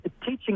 teaching